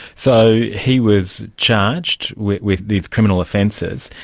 so he was charged with with these criminal offences,